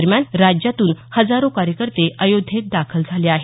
दरम्यान राज्यातून हजारो कार्यकर्ते अयोध्येत दाखल झाले आहेत